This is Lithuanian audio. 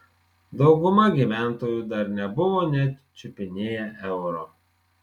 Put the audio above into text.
dauguma gyventojų dar nebuvo net čiupinėję euro